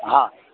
हा